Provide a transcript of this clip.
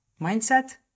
mindset